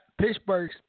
Pittsburgh